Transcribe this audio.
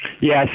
Yes